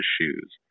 shoes